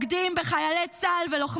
אם את פונה אליו אישית, אז הוא משיב.